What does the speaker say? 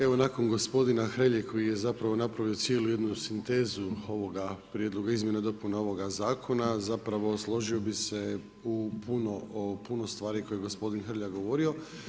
Evo, nakon gospodina Hrelje koji je zapravo napravio cijelu jednu sintezu ovoga Prijedloga izmjena i dopuna ovoga Zakona, zapravo složio bih se u puno stvari koje je gospodin Hrelja govorio.